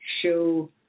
show